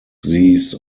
these